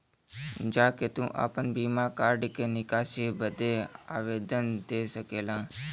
जा के तू आपन बिना कार्ड के निकासी बदे आवेदन दे सकेला